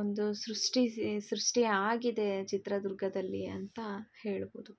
ಒಂದು ಸೃಷ್ಟಿಸಿ ಸೃಷ್ಟಿ ಆಗಿದೆ ಚಿತ್ರದುರ್ಗದಲ್ಲಿ ಅಂತ ಹೇಳ್ಬೊದು